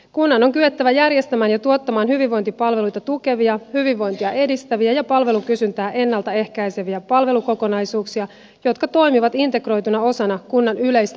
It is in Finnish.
kunnan on kyettävä järjestämään ja tuottamaan hyvinvointipalveluita tukevia hyvinvointia edistäviä ja palvelukysyntää ennalta ehkäiseviä palvelukokonaisuuksia jotka toimivat integroituna osana kunnan yleistä tehtäväkenttää